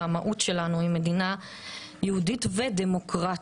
המהות שלנו היא מדינה יהודית ודמוקרטית,